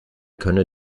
könne